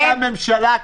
הממשלה,